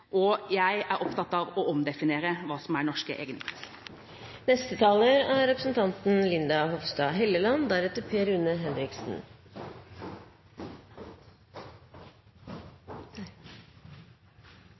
og jeg er opptatt av å omdefinere hva som er norske